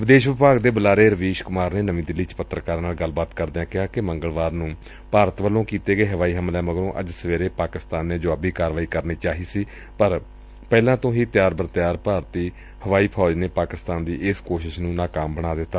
ਵਿਦੇਸ਼ ਵਿਭਾਗ ਦੇ ਬੁਲਾਰੇ ਰਵੀਸ਼ ਕੁਮਾਰ ਨੇ ਨਵੀਂ ਦਿੱਲੀ ਚ ਪੱਤਰਕਾਰਾਂ ਨਾਲ ਗੱਲਬਾਤ ਕਰਦਿਆਂ ਕਿਹਾ ਕਿ ਮੰਗਲਵਾਰ ਨੂੰ ਭਾਰਤ ਵਲੋਂ ਕੀਤੇ ਗਏ ਹਵਾਈ ਹਮਲਿਆਂ ਮਗਰੋਂ ਅੱਜ ਸਵੇਰੇ ਪਾਕਿਸਤਾਨ ਨੇ ਜੁਆਬੀ ਕਾਰਵਾਈ ਕਰਨੀ ਚਾਹੀ ਪਰ ਪਹਿਲਾਂ ਤੋਂ ਹੀ ਤਿਆਰ ਭਾਰਤੀ ਹਵਾਈ ਫੌਜ ਨੇ ਪਾਕਿਸਤਾਨ ਦੀ ਇਸ ਕੋਸ਼ਿਸ਼ ਨੂੰ ਨਾਕਾਮ ਬਣਾ ਦਿੱਤਾ